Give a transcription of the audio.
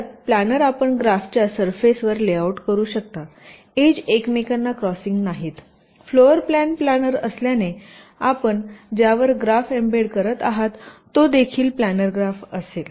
तरप्लानर आपण ग्राफच्या सरफेसवर लेआउट करू शकता एज एकमेकांना क्रॉसिंग नाहीत फ्लोर प्लॅन प्लानर असल्याने आपण ज्यावर ग्राफ एम्बेड करत आहात तो देखील प्लॅनर ग्राफ असेल